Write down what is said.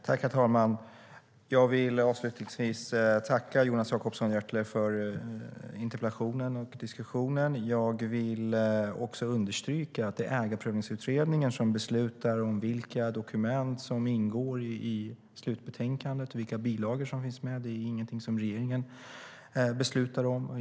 Herr talman! Jag vill avslutningsvis tacka Jonas Jacobsson Gjörtler för interpellationen och diskussionen. Jag vill också understryka att det är Ägarprövningsutredningen som beslutar om vilka dokument som ska ingå i slutbetänkandet och vilka bilagor som ska finnas med. Det är ingenting som regeringen beslutar om.